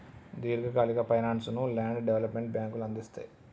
దీర్ఘకాలిక ఫైనాన్స్ ను land development బ్యేంకులు అందిస్తయ్